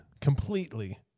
completely